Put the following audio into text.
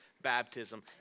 baptism